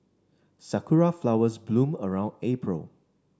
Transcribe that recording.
sakura flowers bloom around April